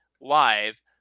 live